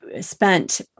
spent